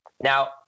Now